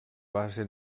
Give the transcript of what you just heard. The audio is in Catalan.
base